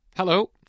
Hello